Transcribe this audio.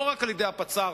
לא רק על-ידי הפצ"ר,